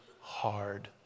hard